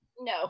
no